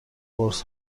قرص